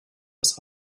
das